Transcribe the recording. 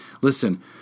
Listen